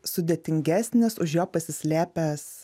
sudėtingesnis už jo pasislėpęs